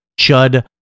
chud